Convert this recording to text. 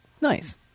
Nice